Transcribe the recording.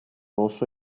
rosso